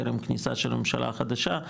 טרם כניסה של הממשלה החדשה,